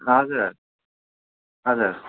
हजुर हजुर